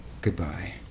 Goodbye